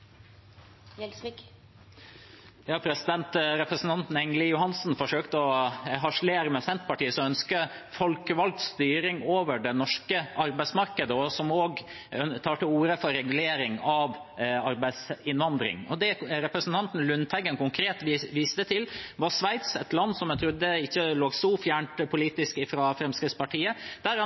Gjelsvik har hatt ordet to ganger tidligere og får ordet til en kort merknad, begrenset til 1 minutt. Representanten Engeli Johansen forsøkte å harselere med Senterpartiets ønske om folkevalgt styring over det norske arbeidsmarkedet, som også tar til orde for regulering av arbeidsinnvandring. Det representanten Lundteigen konkret viste til, var Sveits, et land som jeg trodde politisk ikke lå så fjernt fra Fremskrittspartiet. Der